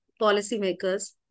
policymakers